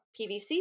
PVC